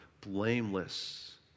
blameless